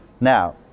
Now